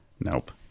Nope